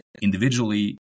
Individually